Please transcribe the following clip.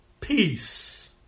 Peace